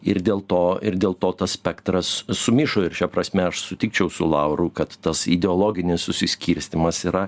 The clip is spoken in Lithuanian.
ir dėl to ir dėl to tas spektras sumišo ir šia prasme aš sutikčiau su lauru kad tas ideologinis susiskirstymas yra